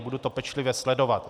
Budu to pečlivě sledovat.